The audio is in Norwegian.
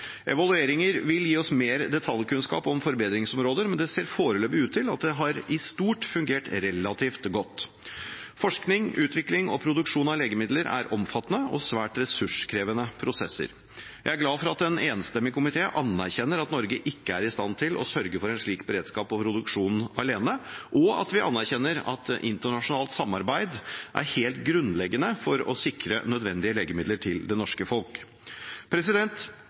Evalueringer vil gi oss mer detaljkunnskap om forbedringsområder, men det ser foreløpig ut til at det i stort har fungert relativt godt. Forskning, utvikling og produksjon av legemidler er omfattende og svært ressurskrevende prosesser. Jeg er glad for at en enstemmig komité anerkjenner at Norge ikke er i stand til å sørge for en slik beredskap og produksjon alene, og at vi anerkjenner at internasjonalt samarbeid er helt grunnleggende for å sikre nødvendige legemidler til det norske folk.